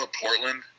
Portland